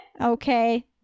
okay